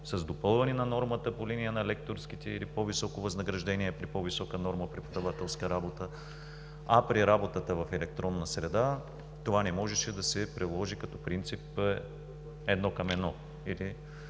с допълване на нормата по линия на лекторските или по-високо възнаграждение при по-висока норма от преподавателска работа. При работата в електронна среда това не можеше да се приложи като принцип едно към едно